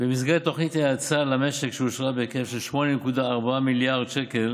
במסגרת תוכנית האצה למשק שאושרה בהיקף של 8.4 מיליארד שקל